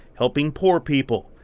helping poor people.